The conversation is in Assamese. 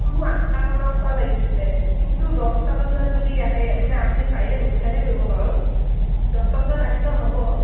মোৰ আঠটামানৰপৰা লাগিছিলে কিন্তু দহটা বজাত যদি আহে মানে আপুনি পাৰিলে সোনকালে কৰিব বাৰু দহটা বজাত আহিলেও হ'ব